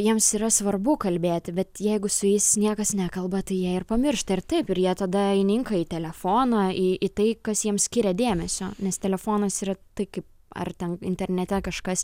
jiems yra svarbu kalbėti bet jeigu su jais niekas nekalba tai jie ir pamiršta ir taip ir jie tada įninka į telefoną į į tai kas jiems skiria dėmesio nes telefonas tai kaip ar ten internete kažkas